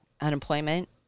unemployment